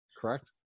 Correct